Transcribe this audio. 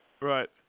Right